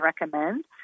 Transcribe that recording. recommend